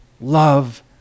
love